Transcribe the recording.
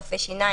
רופא שיניים,